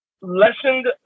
lessened